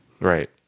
Right